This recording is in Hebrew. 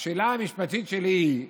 השאלה המשפטית שלי היא: